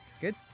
good